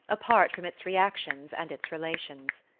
apart from its reactions and its relations.